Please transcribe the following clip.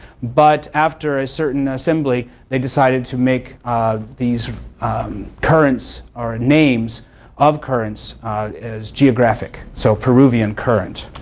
but after a certain assembly, they decided to make these currents, or names of currents as geographic. so peruvian current.